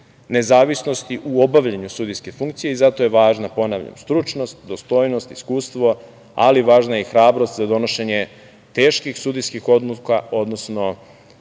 nezavisnosti u obavljanju sudijske funkcije i zato je važna, ponavljam, stručnost, dostojnost, iskustvo, ali važna je i hrabrost za donošenje teških sudijskih odluka, odnosno